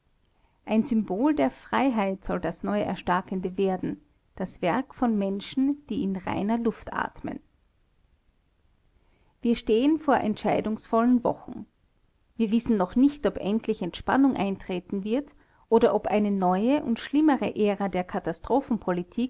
ein symbol der freiheit soll das neuerstarkende werden das werk von menschen die in reiner luft atmen wir stehen vor entscheidungsvollen wochen wir wissen noch nicht ob endlich entspannung eintreten wird oder ob eine neue und schlimmere ära der